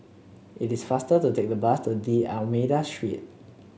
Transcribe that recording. it is faster to take the bus to D'Almeida Street